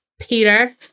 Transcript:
Peter